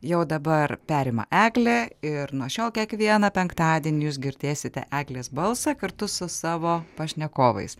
jau dabar perima eglė ir nuo šiol kiekvieną penktadienį jūs girdėsite eglės balsą kartu su savo pašnekovais